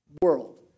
world